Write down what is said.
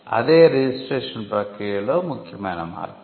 అదే రిజిస్ట్రేషన్ ప్రక్రియలో ముఖ్యమైన మార్పు